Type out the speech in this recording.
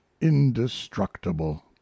indestructible